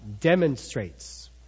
demonstrates